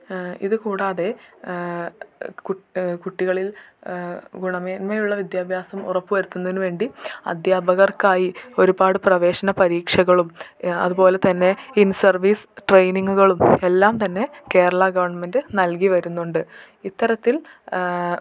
ഇത് കൂടാതെ കുട്ടി കുട്ടികളിൽ ഗുണമേന്മയുള്ള വിദ്യാഭ്യാസം ഉറപ്പു വരുത്തുന്നതിനു വേണ്ടി അദ്ധ്യാപകർക്കായി ഒരുപാട് പ്രവേശന പരീക്ഷകളും അതുപോലെ തന്നെ ഇൻസർവീസ് ട്രെയിനിങ്ങുകുകളും എല്ലാം തന്നെ കേരളാ ഗവൺമെൻറ് നൽകി വരുന്നുണ്ട് ഇത്തരത്തിൽ